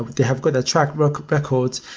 they have good ah track but records.